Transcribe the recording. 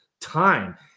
time